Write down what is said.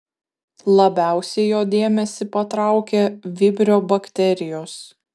labiausiai jo dėmesį patraukė vibrio bakterijos